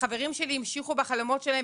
החברים שלי המשיכו בחלומות שלהם,